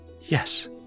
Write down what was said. Yes